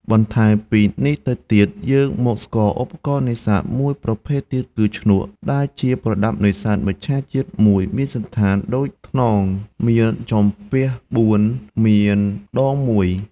បន្ថែមពីនេះទៅទៀត យើងមកស្គាល់ឧបករណ៍នេសាទមួយប្រភេទទៀតគឺ ឈ្នក់ ដែលជាប្រដាប់នេសាទមច្ឆជាតិមួយមានសណ្ឋានដូចថ្នង មានចំពាស់៤ មានដង១។